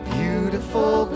beautiful